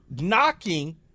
knocking